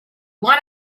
want